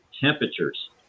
temperatures